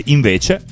Invece